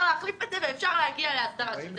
להחליף את זה ואפשר להגיע להסדרה של זה.